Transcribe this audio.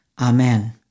Amen